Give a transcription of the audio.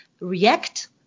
react